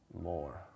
More